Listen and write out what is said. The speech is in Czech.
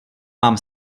vám